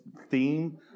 theme